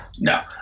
No